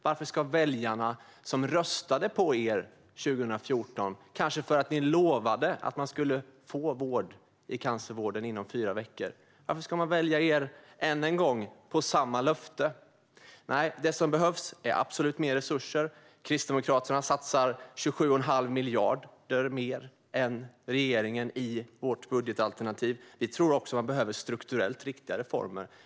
Varför ska väljarna som röstade på er 2014, kanske för att ni lovade att man skulle få cancervård inom fyra veckor, välja er än en gång på samma löfte? Nej, det som behövs är absolut mer resurser. Vi från Kristdemokraterna satsar 27 1⁄2 miljard mer än regeringen i vårt budgetalternativ. Vi tror också att man behöver strukturellt riktiga reformer.